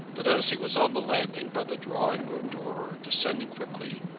but as he was on the landing, by the drawing-room door, descending quickly,